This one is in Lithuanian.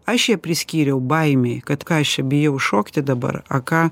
aš ją priskyriau baimei kad ką aš čia bijau šokti dabar a ką